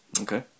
Okay